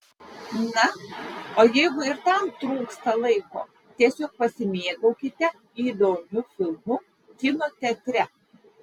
na o jeigu ir tam trūksta laiko tiesiog pasimėgaukite įdomiu filmu kino teatre